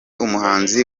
umuhanzi